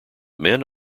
men